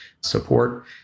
support